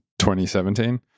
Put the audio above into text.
2017